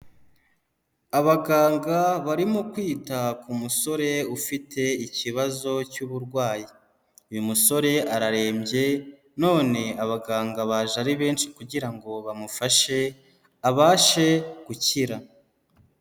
Abaganga barimo kwita ku musore ufite ikibazo cy'uburwayi, uyu musore ararembye none abaganga baje ari benshi kugira ngo bamufashe abashe gukira.